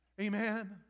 Amen